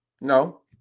No